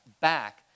back